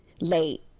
late